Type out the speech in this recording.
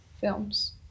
films